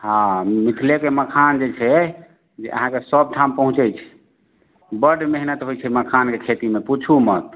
हँ मिथिलेके मखान जे छै जे अहाँके सब ठाम पहुँचै छै बड्ड मेहनत होइ छै मखानके खेतीमे पुछू मत